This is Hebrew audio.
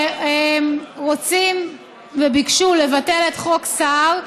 שרוצים וביקשו לבטל את חוק סער,